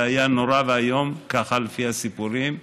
שזה היה נורא ואיום, כך לפי הסיפורים.